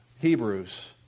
Hebrews